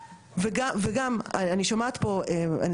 זה פעם ראשונה שאני שומעת שיש ניכויים לעובדים שנמצאים בישראל,